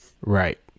Right